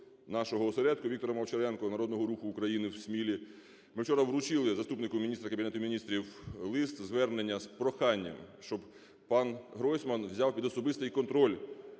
Віктором Овчаренком, Народного Руху України в Смілі ми вчора вручили заступника міністра Кабінету Міністрів лист-звернення з проханням, щоб панГройсман взяв під особистий контроль